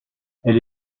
elle